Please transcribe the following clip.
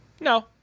No